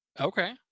okay